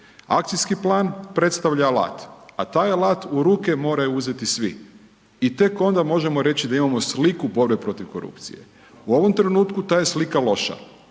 akcijski plan predstavlja alat. A taj alat u ruke moraju uzeti svi i tek onda možemo reći da imamo sliku borbe protiv korupcije. U ovom trenutku ta je slika loša.